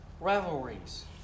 Rivalries